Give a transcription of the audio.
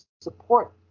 support